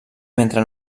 mentre